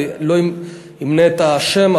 אני לא אמנה את השם,